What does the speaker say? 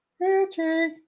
Richie